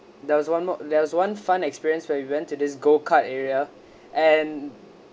there was one more there was one fun experience where we went to this go-kart area and